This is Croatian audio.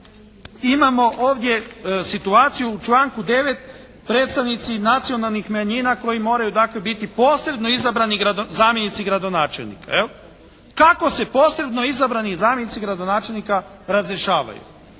imamo ovdje situaciju u članku 9. predstavnici nacionalnih manjina koji moraju dakle biti posredno izabrani zamjenici gradonačelnika jel'? Kako se posredno izabrani zamjenici gradonačelnika razrješavaju.